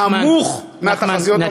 נמוך מהתחזיות המוקדמות.